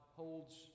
holds